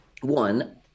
one